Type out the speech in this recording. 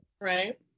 Right